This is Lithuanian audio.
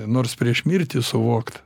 nors prieš mirtį suvokt